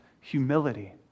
humility